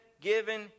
given